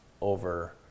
over